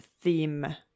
theme